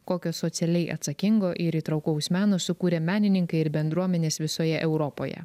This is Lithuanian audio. kokio socialiai atsakingo ir įtraukaus meno sukūrė menininkai ir bendruomenės visoje europoje